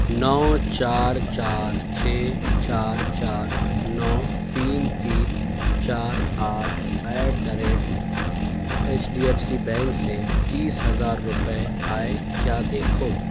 نو چار چار چھ چار چار نو تین تین چار آٹھ at the rate H D F C bank سے تیس ہزار روپئے آئے کیا دیکھو